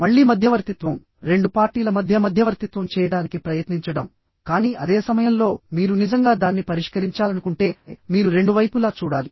మళ్ళీ మధ్యవర్తిత్వం రెండు పార్టీల మధ్య మధ్యవర్తిత్వం చేయడానికి ప్రయత్నించడం కానీ అదే సమయంలో మీరు నిజంగా దాన్ని పరిష్కరించాలనుకుంటే మీరు రెండు వైపులా చూడాలి